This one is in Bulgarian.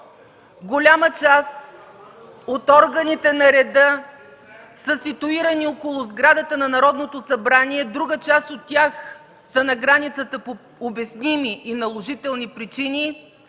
голяма част от органите на реда са ситуирани около сградата на Народното събрание, друга част от тях са на границата по обясними и наложителни причини?